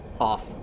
off